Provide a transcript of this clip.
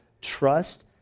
trust